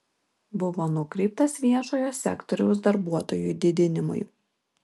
buvo nukreiptas viešojo sektoriaus darbuotojų didinimui